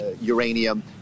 uranium